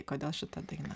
kodėl šita daina